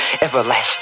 everlasting